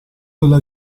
della